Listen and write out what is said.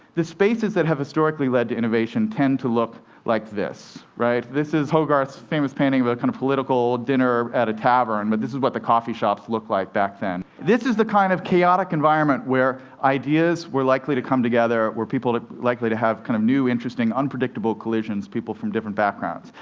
the spaces that have historically led to innovation tend to look like this. this is hogarth's famous painting of a kind of political dinner at a tavern, but this is what the coffee shops looked like back then. this is the kind of chaotic environment where ideas were likely to come together, where people were likely to have kind of new, interesting, unpredictable collisions, people from different backgrounds.